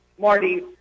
Marty